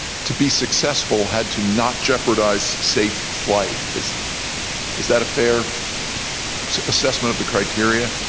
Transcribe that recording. to be successful had to not jeopardize safe flight. is is that a fair assessment of the criteria?